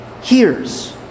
hears